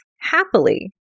happily